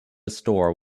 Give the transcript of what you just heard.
store